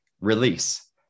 release